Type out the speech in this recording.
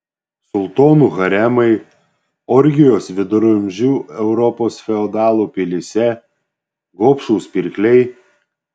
sultonų haremai orgijos viduramžių europos feodalų pilyse gobšūs pirkliai